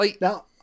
Now